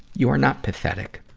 you are not pathetic.